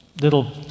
little